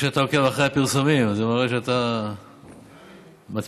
טוב שאתה עוקב אחרי הפרסומים, זה מראה שאתה מתמיד.